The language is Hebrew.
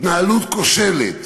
התנהלות כושלת